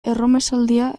erromesaldia